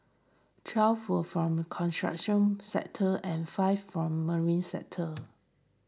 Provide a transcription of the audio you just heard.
twelve were from construction sector and five from marine sector